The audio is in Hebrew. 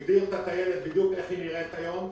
הגדיר אותה כפי שהיא נראית היום.